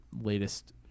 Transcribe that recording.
latest